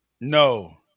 No